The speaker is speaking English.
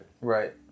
Right